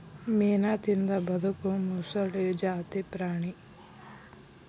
ಮೇನಾ ತಿಂದ ಬದಕು ಮೊಸಳಿ ಜಾತಿ ಪ್ರಾಣಿ